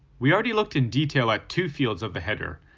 we already looked in detail at two fields of the header,